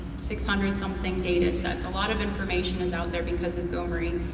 six hundred something datasets, a lot of information is out there because of gomri.